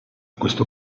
questo